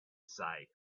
say